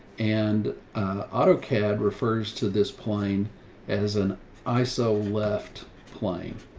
and autocad refers to this plane as an iso left plane